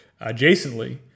adjacently